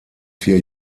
vier